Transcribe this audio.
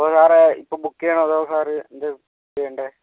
അപ്പം സാറ് ഇപ്പം ബുക്ക് ചെയ്യണോ അതോ സാറ് എന്താ ചെയ്യേണ്ടത്